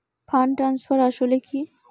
Fund transfer আসলে কী?